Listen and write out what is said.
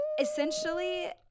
Essentially